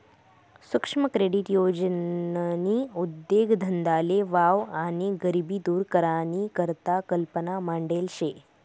सुक्ष्म क्रेडीट योजननी उद्देगधंदाले वाव आणि गरिबी दूर करानी करता कल्पना मांडेल शे